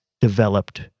developed